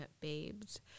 babes